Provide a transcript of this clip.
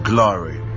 Glory